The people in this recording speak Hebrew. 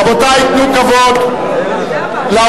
רבותי, תנו כבוד לאורחים.